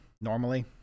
Normally